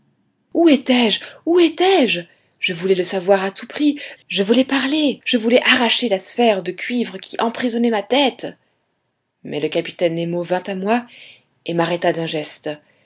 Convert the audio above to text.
où étais-je où étais-je je voulais le savoir à tout prix je voulais parler je voulais arracher la sphère de cuivre qui emprisonnait ma tête mais le capitaine nemo vint à moi et m'arrêta d'un geste